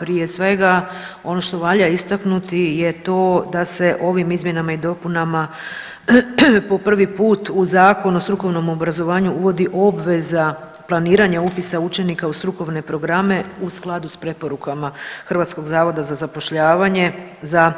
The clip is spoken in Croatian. Prije svega ono što valja istaknuti je to da se ovim izmjenama i dopunama po prvi put u Zakonu o strukovnom obrazovanju uvodi obveza planiranja upisa učenika u strukovne programe u skladu s preporukama HZZ za